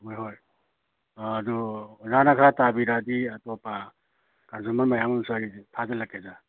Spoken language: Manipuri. ꯍꯣꯏ ꯍꯣꯏ ꯑꯗꯨ ꯑꯣꯖꯥꯅ ꯈꯔ ꯇꯥꯕꯤꯔꯛꯑꯗꯤ ꯑꯇꯣꯞꯄ ꯀꯟꯖꯨꯃꯔ ꯃꯌꯥꯝ ꯑꯃꯁꯨ ꯑꯩ ꯊꯥꯖꯤꯜꯂꯛꯀꯦꯗ